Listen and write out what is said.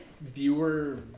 viewer